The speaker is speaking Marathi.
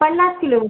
पन्नास किलो